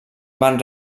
van